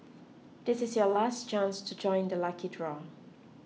this is your last chance to join the lucky draw